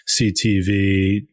CTV